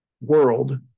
world